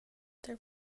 their